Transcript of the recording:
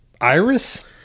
iris